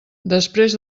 després